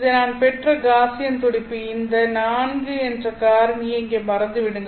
இது நான் பெற்ற காஸியன் துடிப்பு இந்த 4 என்ற காரணியை இங்கே மறந்துவிடுங்கள்